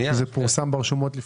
זה דיון רביעי שלנו בצו הזה.